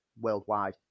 worldwide